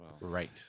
Right